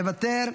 מוותר,